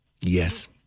Yes